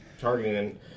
targeting